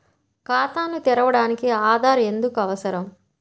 ఖాతాను తెరవడానికి ఆధార్ ఎందుకు అవసరం?